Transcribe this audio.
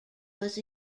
was